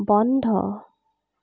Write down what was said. বন্ধ